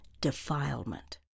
defilement